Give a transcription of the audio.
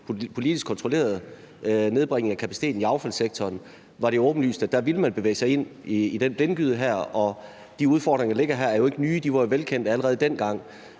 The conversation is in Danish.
politisk kontrollerede nedbringning af kapaciteten i affaldssektoren, var det åbenlyst, at man ville bevæge sig ind i denne blindgyde. Og de udfordringer, der ligger her, er jo ikke nye, de var velkendte allerede dengang.